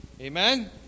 Amen